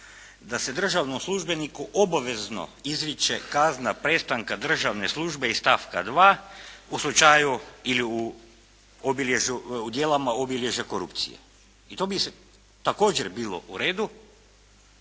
da se državnom službeniku obavezno izriče kazna prestanka državne službe iz stavka 2. u slučaju ili u obilježju, u djelima obilježja korupcije. I to bi također bilo u redu,